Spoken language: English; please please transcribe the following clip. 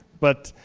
but,